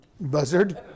Buzzard